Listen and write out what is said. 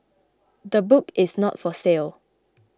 the book is not for sale